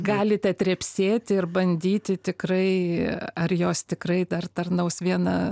galite trepsėti ir bandyti tikrai ar jos tikrai dar tarnaus vieną